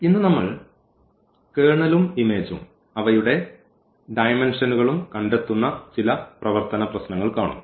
ഇന്ന് നമ്മൾ കേർണലും ഇമേജ്ഉം അവയുടെ ഡയമെന്ഷനുകൾകളും കണ്ടെത്തുന്ന ചില പ്രവർത്തന പ്രശ്നങ്ങൾ കാണും